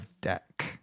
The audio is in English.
deck